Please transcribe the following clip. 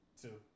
two